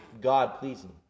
God-pleasing